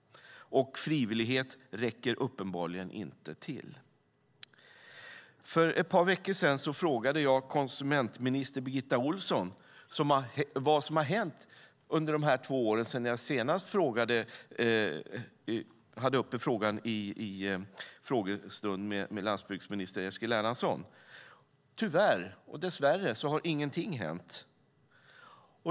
Frivillighet räcker uppenbarligen inte till. För ett par veckor sedan frågade jag konsumentminister Birgitta Ohlsson vad som har hänt under de två år som gått sedan jag senast tog upp frågan i en frågestund med landsbygdsminister Eskil Erlandsson. Dess värre har ingenting hänt.